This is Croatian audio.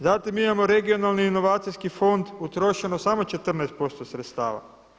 Zatim imamo Regionalni i inovacijski fond utrošeno samo 14% sredstava.